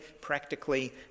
practically